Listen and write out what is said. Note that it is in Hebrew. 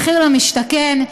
מחיר למשתכן,